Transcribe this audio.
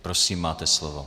Prosím, máte slovo.